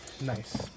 Nice